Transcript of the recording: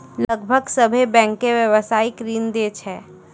लगभग सभ्भे बैंकें व्यवसायिक ऋण दै छै